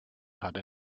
had